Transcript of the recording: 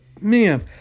man